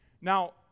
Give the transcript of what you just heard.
Now